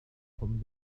kommen